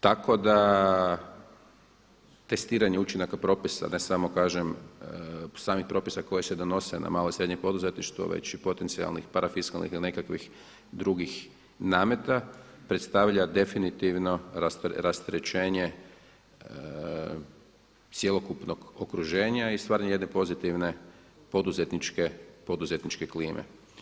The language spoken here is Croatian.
Tako da testiranje učinaka propisa ne samo kažem, samih propisa koji se donose na malo i srednje poduzetništvo već i potencijalnih ili nekakvih drugih nameta predstavlja definitivno rasterećenje cjelokupnog okruženja i stvaranja jedne pozitivne poduzetničke klime.